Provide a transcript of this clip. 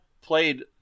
played